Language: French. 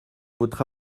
votre